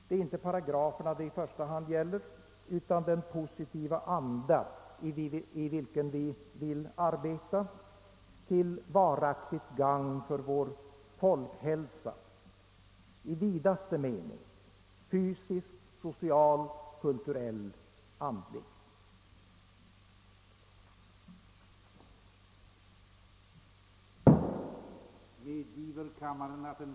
Det är inte paragraferna det i första hand gäller utan den positiva anda i vilken vi vill arbeta, till varaktigt gagn för vår folkhälsa i vidaste mening, fysisk, social, kulturell, andlig. Som tiden nu var långt framskriden och flera talare anmält sig för yttrandes avgivande, beslöt kammaren på herr förste vice talmannens förslag att upp skjuta den fortsatta överläggningen till morgondagens plenum.